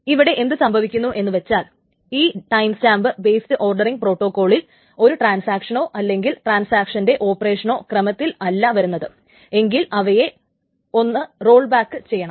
ഇവിടെ എന്തു സംഭവിക്കുന്നു എന്നു വച്ചാൽ ഈ ടൈംസ്റ്റാമ്പ് ബെയ്സ്ഡ് ഓർഡറിങ്ങ് പ്രോട്ടോകോളിൽ ഒരു ട്രാൻസാക്ഷനോ അല്ലെങ്കിൽ ട്രാൻസാക്ഷന്റെ ഓപ്പറേഷനോ ക്രമത്തിൽ അല്ല വരുന്നത് എങ്കിൽ അവയിൽ ഒന്ന് റോൾ ബാക്ക് ചെയ്യണം